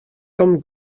komt